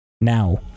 Now